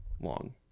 long